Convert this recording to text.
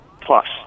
Plus